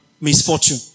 misfortune